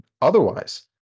otherwise